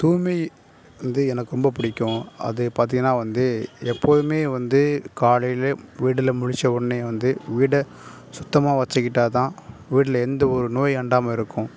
தூய்மை வந்து எனக்கு ரொம்ப பிடிக்கும் அதை பார்த்தீங்கன்னா வந்து எப்பொழுதுமே வந்து காலையில வீட்டுல முழிச்ச உடனே வந்து வீடை சுத்தமாக வச்சிக்கிட்டா தான் வீட்டில் எந்த ஒரு நோய் அண்டாமல் இருக்கும்